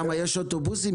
למה, יש אוטובוסים?